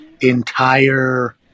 entire